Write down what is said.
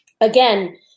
again